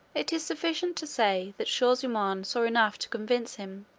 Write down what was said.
it is sufficient to say, that shaw-zummaun saw enough to convince him,